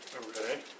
Okay